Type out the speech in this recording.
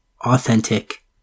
authentic